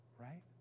right